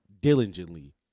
diligently